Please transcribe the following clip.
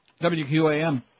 WQAM